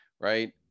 right